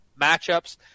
matchups